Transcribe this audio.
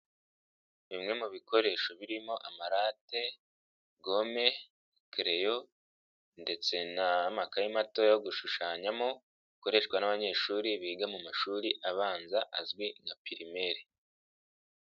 Bimwe mu bikoresho birimo amarate, gome, ikereyo, ndetse n'amakayi mato yo gushushanyamo akoreshwa n'abanyeshuri biga mu mashuri abanza azwi nka pirimeri.